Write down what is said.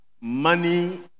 Money